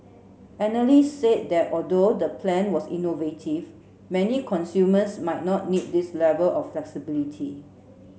analysts said that although the plan was innovative many consumers might not need this level of flexibility